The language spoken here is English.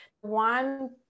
one